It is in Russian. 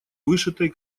вышитой